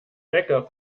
bäcker